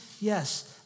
yes